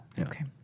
Okay